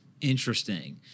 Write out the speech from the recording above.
Interesting